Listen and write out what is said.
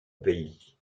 pays